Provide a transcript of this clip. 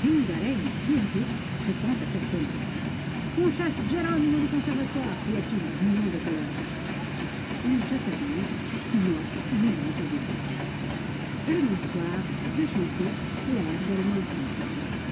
zingarelli furieux se pend à sa sonnette qu'on chasse geronimo du conservatoire cria-t-il bouillant de colère on me chassa donc moi riant aux éclats le même soir je chantai l'air del